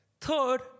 Third